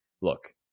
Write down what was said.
look